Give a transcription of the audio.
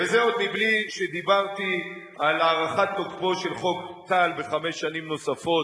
וזה עוד בלי שדיברתי על הארכת תוקפו של חוק טל בחמש שנים נוספות